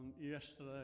yesterday